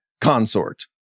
consort